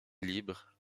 libres